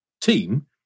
team